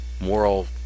moral